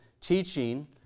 teaching